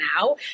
now